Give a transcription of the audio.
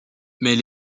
mais